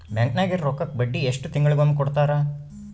Bank ನಾಗಿರೋ ರೊಕ್ಕಕ್ಕ ಬಡ್ಡಿ ಎಷ್ಟು ತಿಂಗಳಿಗೊಮ್ಮೆ ಕೊಡ್ತಾರ?